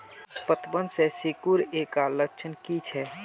पतबन के सिकुड़ ऐ का लक्षण कीछै?